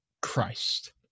Christ